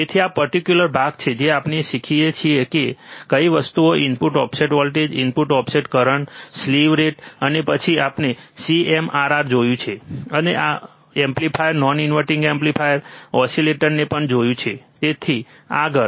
તેથી આ પર્ટીક્યુલર ભાગ છે જે આપણે શીખીએ છીએ કે કઈ વસ્તુઓ input offset voltage input offset current slew rate છે અને પછી આપણે CMRR જોયું છે અમે એમ્પ્લીફાયર નોન ઇન્વર્ટીંગ એમ્પ્લીફાયર ઓસિલેટરને પણ જોયું છે અને તેથી આગળ